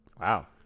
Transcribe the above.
Wow